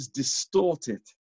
distorted